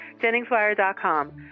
JenningsWire.com